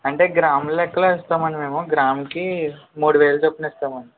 అంటే గ్రామ్ లెక్కలో ఇస్తాము అండి మేము గ్రాముకీ మూడు వేలు చొప్పున ఇస్తాము అండి